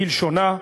כלשונה: